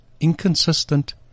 inconsistent